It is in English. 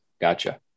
Gotcha